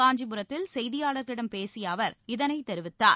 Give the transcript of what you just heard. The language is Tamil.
காஞ்சிபுரத்தில் செய்தியாளர்களிடம் பேசிய அவர் இதனைத் தெரிவித்தார்